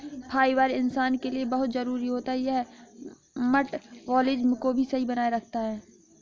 fibre इंसान के लिए बहुत जरूरी होता है यह मटबॉलिज़्म को भी सही बनाए रखता है